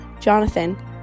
Jonathan